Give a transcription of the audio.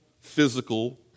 physical